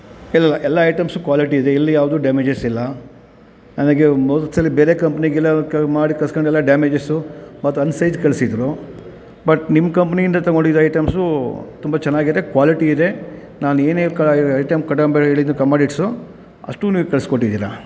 ಇದು ಎಲ್ಲ items quality ಇದೆ ಎಲ್ಲ ಯಾವುದು ಡ್ಯಾಮೇಜಸ್ ಇಲ್ಲ ನನಗೆ ಮೂರು ಸಲ ಬೇರೆ ಕಂಪ್ನಿಗೆಲ್ಲ ಮಾಡಿ ಕರ್ಸ್ಕೊಂಡೆಲ್ಲ ಡ್ಯಾಮೇಜಸು ಮತ್ತು ಅನ್ಸೈಜ್ ಕಳಿಸಿದ್ರು ಬಟ್ ನಿಮ್ಮ ಕಂಪ್ನಿಯಿಂದ ತಗೊಂಡಿದ್ದ ಐಟಮ್ಸು ತುಂಬ ಚೆನ್ನಾಗಿದೆ ಕ್ವಾಲಿಟಿ ಇದೆ ನಾನು ಏನೇ ಕ ಐಟಂ ಕಮಾಡೀಟ್ಸು ಅಷ್ಟೂ ನೀವು ಕಳ್ಸಿ ಕೊಟ್ಟಿದ್ದೀರ